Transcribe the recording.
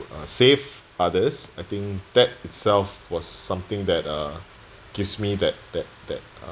uh save others I think that itself was something that uh gives me that that that uh